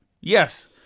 Yes